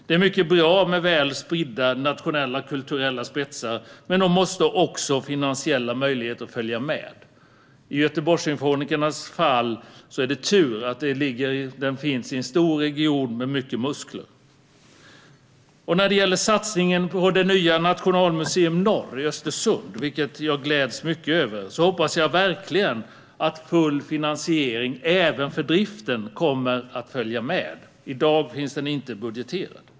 Det är mycket bra med väl spridda nationella kulturella spetsar, men då måste också finansiella möjligheter följa med. I Göteborgssymfonikernas fall är det tur att orkestern finns i en stor region med mycket muskler. När det gäller satsningen på Nationalmuseum Norr i Östersund, vilken jag gläds mycket över, hoppas jag verkligen att full finansiering även för driften kommer att följa med. I dag finns den inte budgeterad.